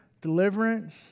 deliverance